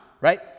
right